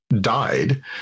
died